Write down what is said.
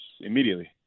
immediately